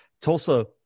Tulsa